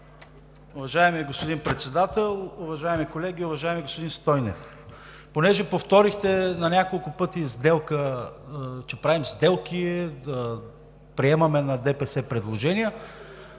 Уважаеми господин Председател, уважаеми колеги! Уважаеми господин Стойнев, понеже повторихте на няколко пъти, че правим сделки, приемаме предложения